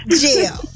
jail